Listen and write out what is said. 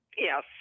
Yes